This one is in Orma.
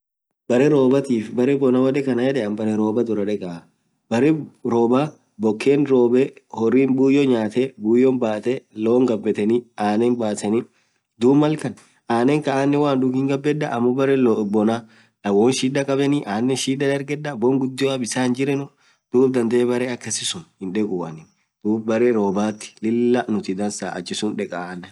baree robaatif hiyoo baree bona took biraa deek anan yedeen anin baree robaa dekaa baree robaa boken robee horin buyoo nyatee loan gabetenii anenn basenii, duub anenn kaan malaan duug hingabedaa anen amoo baree bonaa lawoan shidaa kabenii anen shidaa dargedaa boan gudia bisaan hinjirenuu duub dandee baree akasii suun hindekuu anin, baree robaat nutii dansaa ach dekaa ann.